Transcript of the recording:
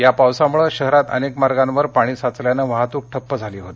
या पावसामुळे शहरात अनेक मार्गावर पाणी साचल्यानं वाहतूक ठप्प झाली होती